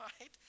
right